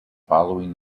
following